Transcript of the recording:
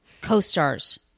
Co-stars